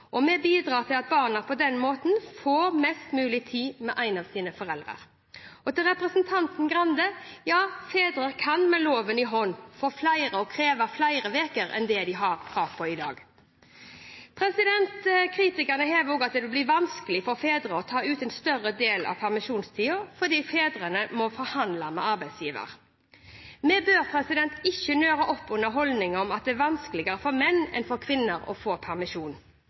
og vi bidrar til at barnet på den måten får mest mulig tid med en av sine foreldre. Til representanten Grande: Ja, fedre kan med loven i hånd få flere, og kreve flere, uker enn det de har krav på i dag. Kritikerne hevder også at det vil bli vanskeligere for fedre å ta ut en større del av permisjonstiden, fordi fedrene må forhandle med arbeidsgiver. Vi bør ikke nøre opp under holdninger om at det er vanskeligere for menn enn for kvinner å få permisjon.